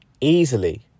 easily